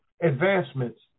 advancements